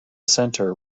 centre